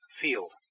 field